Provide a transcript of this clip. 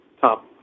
top